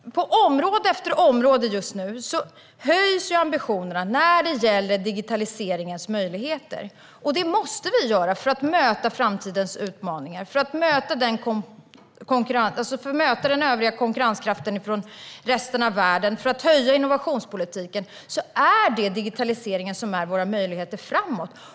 På område efter område höjs ambitionerna när det gäller digitaliseringens möjligheter. För att kunna möta framtidens utmaningar och konkurrensen från resten av världen och dessutom vässa innovationspolitiken är det digitaliseringen som är vår möjlighet framåt.